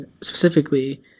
specifically